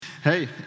Hey